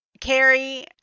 Carrie